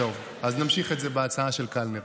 טוב, אז נמשיך את זה בהצעה של קלנר.